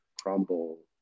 crumble